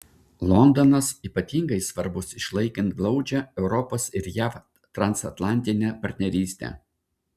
londonas ypatingai svarbus išlaikant glaudžią europos ir jav transatlantinę partnerystę